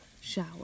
Shower